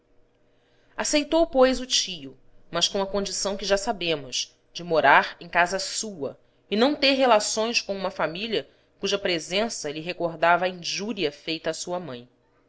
aceitou pois o tio mas com a condição que já sabemos de morar em casa sua e não ter relações com uma família cuja presença lhe recordava a injúria feita à sua mãe